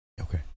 Okay